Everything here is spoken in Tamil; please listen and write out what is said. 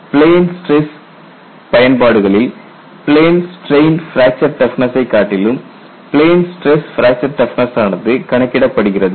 பிளேன் ஸ்டிரஸ் பயன்பாடுகளில் பிளேன் ஸ்டிரெயின் பிராக்சர் டஃப்னஸ்சை காட்டிலும் பிளேன் ஸ்டிரஸ் பிராக்சர் டஃப்னஸ் ஆனது கணக்கிடப்படுகிறது